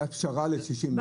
הייתה פשרה ל-60 יום.